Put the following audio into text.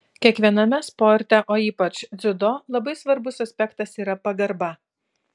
kiekviename sporte o ypač dziudo labai svarbus aspektas yra pagarba